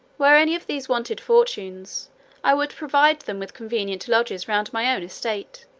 where any of these wanted fortunes, i would provide them with convenient lodges round my own estate,